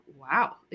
wow